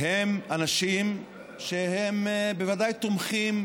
הם אנשים שבוודאי תומכים